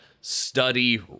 study